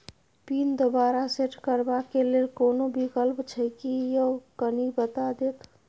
Pin दोबारा set करबा के लेल कोनो विकल्प छै की यो कनी बता देत?